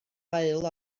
haul